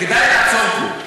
כדאי לעצור פה.